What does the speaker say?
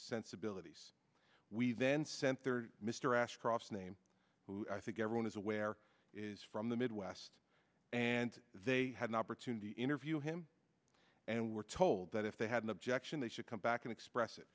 sensibilities we then sent there mr ashcroft's name who i think everyone is aware is from the midwest and they had an opportunity interview him and were told that if they had an objection they should come back and express